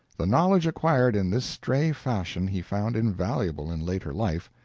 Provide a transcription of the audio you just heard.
the knowledge acquired in this stray fashion he found invaluable in later life.